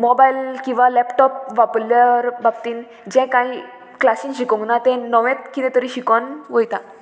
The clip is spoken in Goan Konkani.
मोबायल किंवां लॅपटॉप वापरल्या बाबतींत जें कांय क्लासीन शिकोंक ना तें नवेंच कितें तरी शिकोन वयता